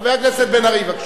חבר הכנסת בן-ארי, בבקשה,